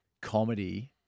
comedy